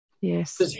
yes